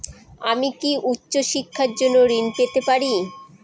আমি কি উচ্চ শিক্ষার জন্য ঋণ পেতে পারি?